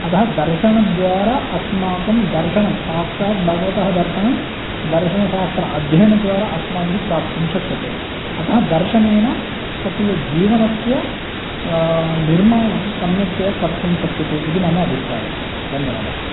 अदः दर्शण्द्वारा अस्माकं दर्शणं साक्षाद् भगवतः दर्शणं दर्शनशास्त्र अध्ययणद्वारा अस्माभिः प्राप्तुं शक्यते अतः दर्शनेन स्वकीयजीवनस्य निर्माणं सम्यक्तया कर्तुं शक्यते इति मम अभिप्रायः धन्यवादः